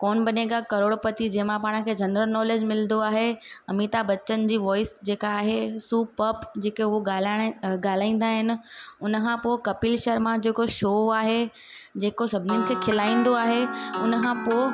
कौन बनेगा करोड़पति जंहिंमां पाण खे जनरल नॉलेज मिलंदो आहे अमिताभ बच्चन जी वॉइस जेका आहे सुपर्प जेके उहो ॻाल्हाइण ॻाल्हाइंदा आहिनि उनखां पोइ कपिल शर्मा जेको शो आहे जेको सभिनीनि खे खिलाईंदो आहे उनखां पोइ